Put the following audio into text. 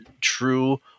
True